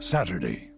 Saturday